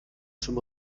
zum